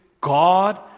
God